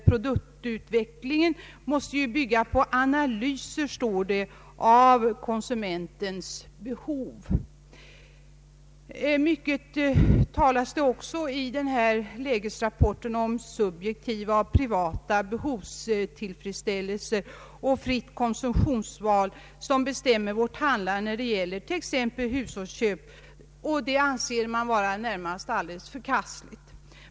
Produktutvecklingen måste ju bygga på analyser, står det, av konsumentens behov. I lägesrapporten talas också mycket om tillfredsställandet av subjektiva och privata behov samt om fritt konsumtionsval, vilket bestämmer vårt handlande när det gäller t.ex. hushållsköp. Det anses närmast vara alldeles förkastligt.